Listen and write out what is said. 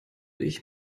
ich